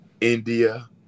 india